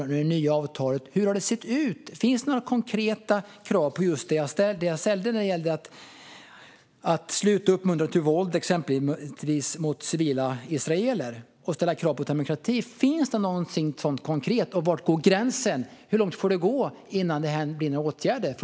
Finns det till exempel några konkreta krav på att sluta uppmuntra till våld mot civila israeler och på demokrati? Hur långt får det gå innan regeringen vidtar åtgärder?